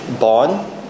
bond